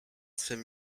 swym